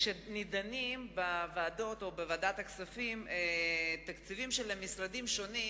כשדנים בוועדות או בוועדת הכספים על התקציבים של המשרדים השונים,